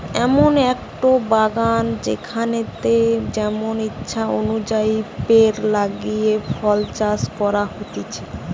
এমন একটো বাগান যেখানেতে যেমন ইচ্ছে অনুযায়ী পেড় লাগিয়ে ফল চাষ করা হতিছে